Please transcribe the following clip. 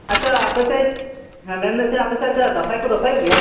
ᱟᱪᱷᱟ ᱟᱯᱮᱥᱮᱡ ᱦᱮᱸ ᱢᱮᱱ ᱮᱫ ᱛᱟᱦᱮᱡ ᱟᱯᱮ ᱥᱮᱡ ᱫᱟᱸᱥᱟᱭ ᱠᱚ ᱫᱟᱸᱥᱟᱭᱼᱚᱜ ᱜᱮᱭᱟ